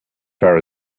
far